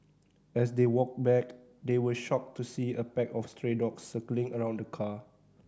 as they walked back they were shocked to see a pack of stray dogs circling around the car